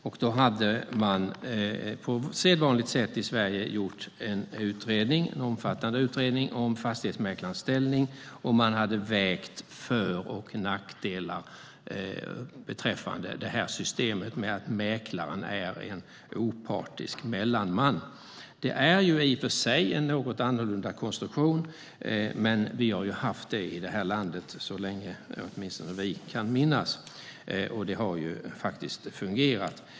Man gjorde på sedvanligt sätt i Sverige en omfattande utredning om fastighetsmäklarens ställning och vägde för och nackdelar beträffande systemet att mäklaren är en opartisk mellanman. Det är en något annorlunda konstruktion, men vi har haft det så i Sverige så länge vi kan minnas, och det har fungerat.